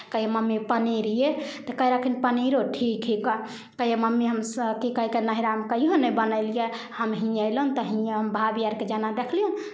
कहियै मम्मी पनीर यै तऽ कहै रहथिन पनीरो ठीक हइ कऽ कहियै मम्मी हमसभ की कहि कऽ नैहरामे कहियो नहि बनेलियै हम हियेँ अयलन तऽ हियेँ हम भाभी आरकेँ जेना देखलियनि